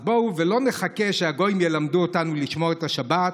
אז בואו לא נחכה שהגויים ילמדו אותנו לשמור את השבת.